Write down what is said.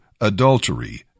adultery